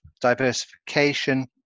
diversification